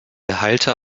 behalte